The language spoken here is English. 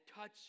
touch